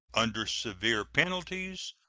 under severe penalties,